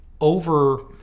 over